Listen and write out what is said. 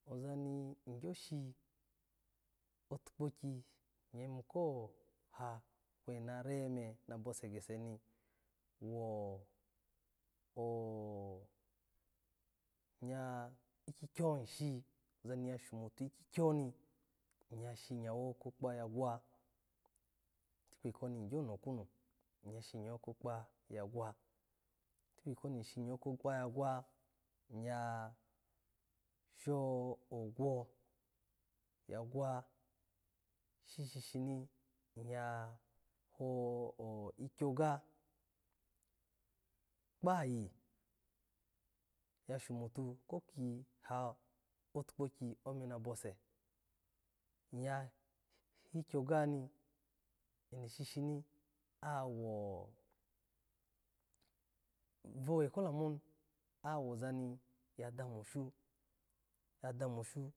Oza ni igyo shi otukpoki iya yimu ko ha kwo na ra me na bose gese ni wo-o-o nya ikyikyo ishini, oza ni shomotu ikyikyo ni iya shinyawo ko kpa ya ogwa, tikpi ko igyo nokwana iya shinyawo kokpa ya gwa, tikpiko ai ogyo nokwunu, iya shogwo ya gwa, ishi shini iyaho ikgyoga kpayi ya shomotu ko ki ha takpoki ome nabo se, iya yi ikgyoga ni eno shishi, awo vowe ko lamu oni ozone ya dami oshun ya dami oshun